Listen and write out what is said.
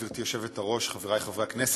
גברתי היושבת-ראש, חברי חברי הכנסת,